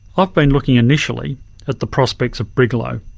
ah been looking initially at the prospects of brigalow,